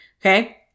Okay